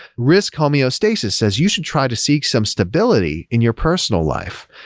risk homeostasis says you should try to seek some stability in your personal life.